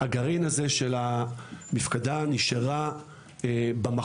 הגרעין הזה של המפקדה נשאר במחוז.